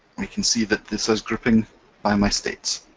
i can see that this is grouping by my states.